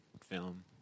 film